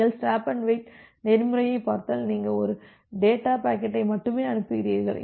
நீங்கள் stop and wait நெறிமுறையைப் பார்த்தால் நீங்கள் ஒரு டேட்டா பாக்கெட்டை மட்டுமே அனுப்புகிறீர்கள்